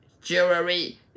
jewelry